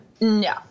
No